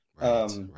Right